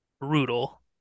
brutal